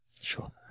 Sure